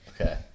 Okay